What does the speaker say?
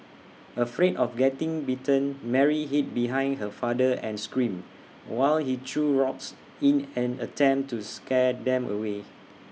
afraid of getting bitten Mary hid behind her father and screamed while he threw rocks in an attempt to scare them away